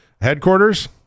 headquarters